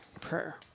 Prayer